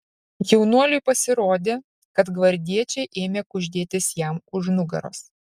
jaunuoliui pasirodė kad gvardiečiai ėmė kuždėtis jam už nugaros